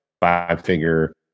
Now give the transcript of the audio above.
five-figure